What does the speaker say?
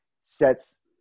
sets